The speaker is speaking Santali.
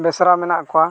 ᱵᱮᱥᱨᱟ ᱢᱮᱱᱟᱜ ᱠᱚᱣᱟ